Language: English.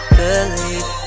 believe